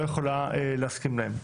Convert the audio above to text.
לא יכולה להסכים להם.